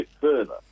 further